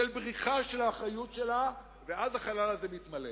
של בריחה מהאחריות שלה, ואז החלל הזה מתמלא.